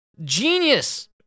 Genius